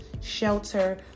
shelter